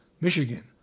Michigan